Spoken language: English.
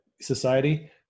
society